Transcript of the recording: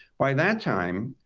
by that time,